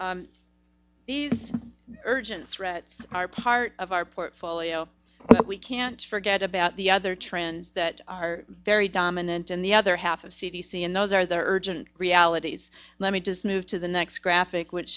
these urgent threat are part of our portfolio but we can't forget about the other trends that are very dominant in the other half of c d c and those are the urgent realities let me just move to the next graphic which